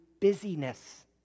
busyness